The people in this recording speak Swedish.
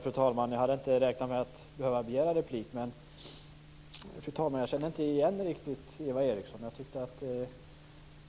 Fru talman! Jag hade inte räknat med att jag skulle behöva begära replik men jag måste gå upp och säga att jag inte riktigt känner igen Eva Eriksson. Det hon nyss sade